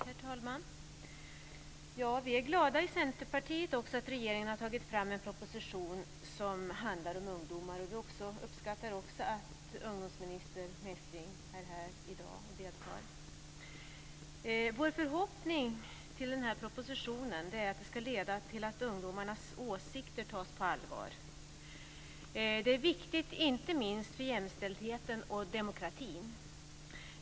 Herr talman! Vi i Centerpartiet är glada att regeringen har tagit fram en proposition som handlar om ungdomar. Vi uppskattar också att ungdomsminister Messing är här i dag och deltar. Vår förhoppning är att denna proposition ska leda till att ungdomarnas åsikter tas på allvar. Det är viktigt, inte minst för jämställdheten och demokratin.